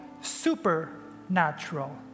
supernatural